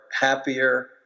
happier